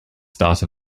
start